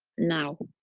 now,